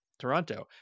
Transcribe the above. Toronto